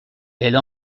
elle